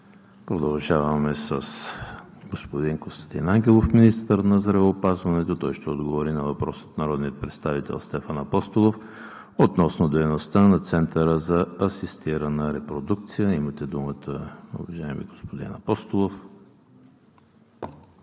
Продължаваме с господин Костадин Ангелов – министър на здравеопазването. Той ще отговори на въпрос от народния представител Стефан Апостолов относно дейността на Центъра за асистирана репродукция. Имате думата, уважаеми господин Апостолов.